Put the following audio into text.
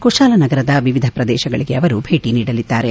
ಕುಶಾಲನಗರದ ವಿವಿಧ ಪ್ರದೇಶಗಳಿಗೆ ಅವರು ಭೇಟಿ ನೀಡಲಿದ್ದಾರೆ